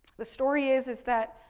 the story is, is that,